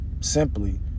simply